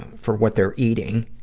and for what their eating.